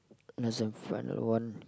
doesn't find the one